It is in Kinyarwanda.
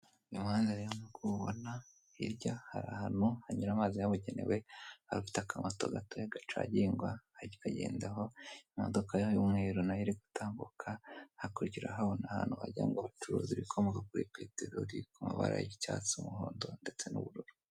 Uyu muhanda rero nk'uko uwubona hirya hari ahantu hanyu amazi yabugenewe, afite akamato gato gacagingwa ari kukagendaho imodoka y'umweru nayo iri gutambuka hakurya urahabona ahantu wagira ngo bacuruza ibikomoka kuri peteroli ku mabara y'icyatsi, umuhondo ndetse n'ubururu.